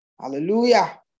Hallelujah